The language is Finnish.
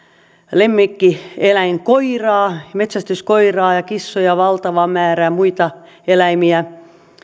lemmikkieläinkoiraa metsästyskoiraa kissoja valtava määrä ja muita eläimiä